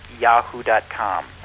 yahoo.com